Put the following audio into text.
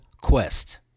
Quest